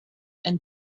and